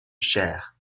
cher